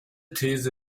these